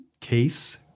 case